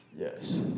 Yes